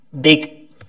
big